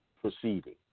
proceeding